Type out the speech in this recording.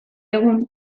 egun